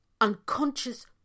unconscious